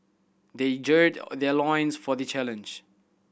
they gird their loins for the challenge